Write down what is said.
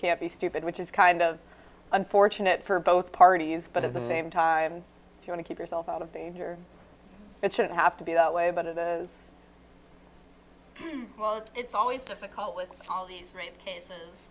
can't be stupid which is kind of unfortunate for both parties but at the same time to keep yourself out of danger it shouldn't have to be that way but it is well it's always difficult with all these cases